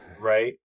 Right